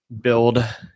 Build